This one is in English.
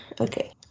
Okay